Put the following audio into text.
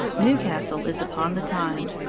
newcastle is upon the tyne.